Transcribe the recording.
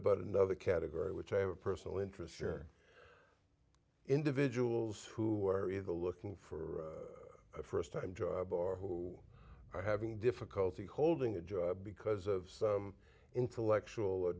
about another category which i have a personal interest sure individuals who are in the looking for a first time job or who are having difficulty holding a job because of some intellectual